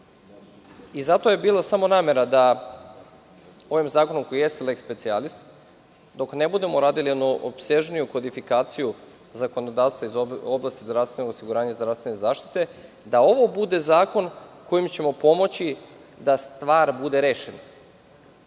Zato je bila samo namera da ovim zakonom koji jeste leks specijalis, dok ne budemo uradili jednu opsežniju kodifikaciju zakonodavstva iz oblasti zdravstvenog osiguranja zdravstvene zaštite da ovo bude zakon kojim ćemo pomoći da stvar bude rešena. Dakle,